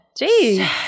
Jeez